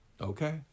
okay